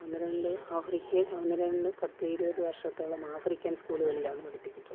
ഒന്ന് രണ്ട് ആഫ്രിക്കയിൽ ഒന്ന് രണ്ട് പത്ത് ഇരുപത് വർഷത്തോളം ആഫ്രിക്കൻ സ്കൂളുകളിലാണ് പഠിപ്പിച്ചിട്ടുള്ളത്